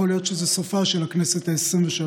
יכול להיות שזה סופה של הכנסת העשרים-ושלוש.